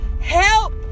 help